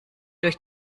durch